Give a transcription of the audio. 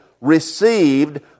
received